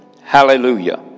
Hallelujah